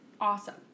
Awesome